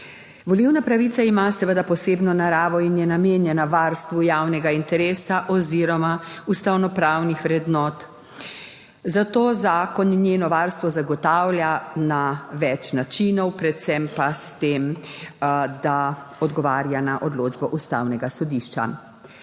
Volilna pravica ima seveda posebno naravo in je namenjena varstvu javnega interesa oziroma ustavnopravnih vrednot, zato zakon njeno varstvo zagotavlja na več načinov, predvsem pa s tem, da odgovarja na odločbo Ustavnega sodišča.